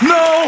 no